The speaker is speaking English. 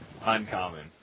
uncommon